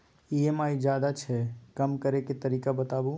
EMI ज्यादा छै कम करै के तरीका बताबू?